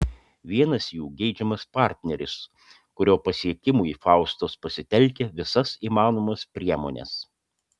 vienas jų geidžiamas partneris kurio pasiekimui faustos pasitelkia visas įmanomas priemones